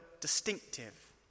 distinctive